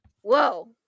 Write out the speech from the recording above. Whoa